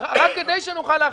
רק כדי שנוכל להכריע,